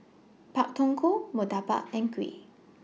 Pak Thong Ko Murtabak and Kuih